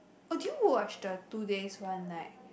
oh did you watch the two days one night